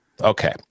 Okay